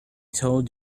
told